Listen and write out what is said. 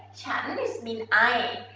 is mean i.